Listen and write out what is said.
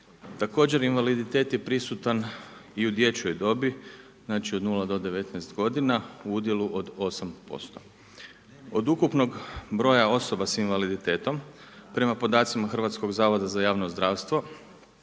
Također invaliditet je prisutan i u dječjoj dobi, znači od 0-19 godina u udjelu od 8%. Od ukupnog broja osoba sa invaliditetom prema podacima Hrvatskog zavoda za javno zdravstvo